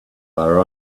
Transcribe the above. via